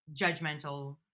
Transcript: judgmental